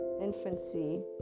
infancy